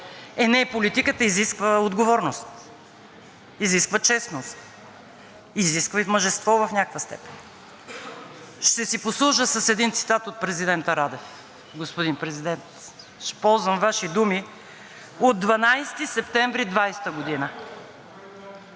Е, не, политиката изисква отговорност, изисква честност, изисква и мъжество в някаква степен. Ще си послужа с един цитат от президента Радев. Господин Президент, ще ползвам Ваши думи от 12 септември 2020 г.